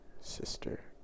sister